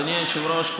אדוני היושב-ראש,